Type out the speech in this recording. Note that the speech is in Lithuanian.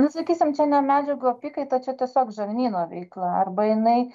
na sakysim čia ne medžiagų apykaita čia tiesiog žarnyno veikla arba jinai